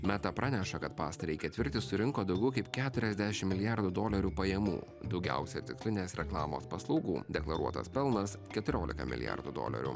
meta praneša kad pastarąjį ketvirtį surinko daugiau kaip keturiasdešim milijardų dolerių pajamų daugiausia tikslinės reklamos paslaugų deklaruotas pelnas keturiolika milijardų dolerių